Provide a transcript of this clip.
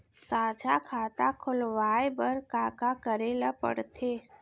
साझा खाता खोलवाये बर का का करे ल पढ़थे?